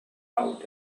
out